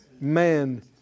Man